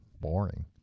Boring